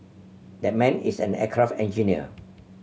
that man is an aircraft engineer